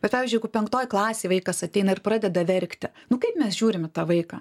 bet pavyzdžiui jeigu penktoj klasėj vaikas ateina ir pradeda verkti nu kaip mes žiūrim į tą vaiką